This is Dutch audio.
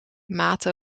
maten